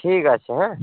ঠিক আছে হ্যাঁ